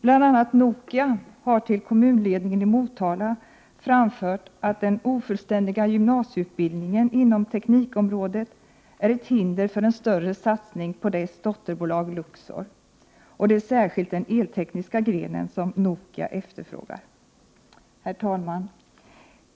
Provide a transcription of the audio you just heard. Bl.a. Nokia har till kommunledningen i Motala framfört att den ofullständiga gymnasieutbildningen inom teknikområdet är ett hinder för en större satsning på dess dotterbolag Luxor. Det är särskilt den eltekniska grenen som Nokia efterfrågar. Herr talman!